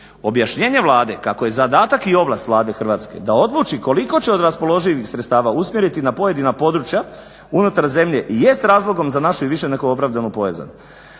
objašnjenje Vlade kako je zadatak i ovlast Vlade Hrvatske da odluči koliko će od raspoloživih sredstava usmjeriti na pojedina područja unutar zemlje i jest razlogom za našu i više nego opravdanu bojazan.